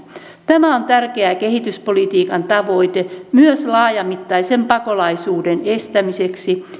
tämä on tärkeä kehityspolitiikan tavoite myös laajamittaisen pakolaisuuden estämiseksi